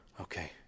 Okay